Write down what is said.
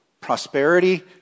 Prosperity